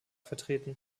vertreten